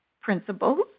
principles